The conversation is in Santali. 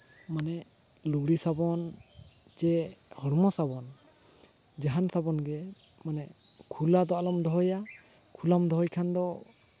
ᱢᱟᱱᱮ ᱞᱩᱜᱽᱲᱤ ᱥᱟᱵᱚᱱ ᱪᱮ ᱦᱚᱲᱢᱚ ᱥᱟᱵᱚᱱ ᱡᱟᱦᱟᱱ ᱥᱟᱵᱚᱱ ᱜᱮ ᱢᱟᱱᱮ ᱠᱷᱩᱞᱟ ᱫᱚ ᱟᱞᱚᱢ ᱫᱚᱦᱚᱭᱟ ᱠᱷᱩᱞᱟᱢ ᱫᱚᱦᱚᱭ ᱠᱷᱟᱱ ᱫᱚ